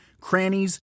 crannies